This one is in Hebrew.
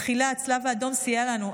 בתחילה הצלב האדום סייע לנו,